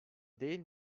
değil